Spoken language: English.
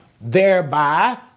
Thereby